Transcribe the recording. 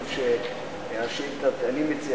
אני מציע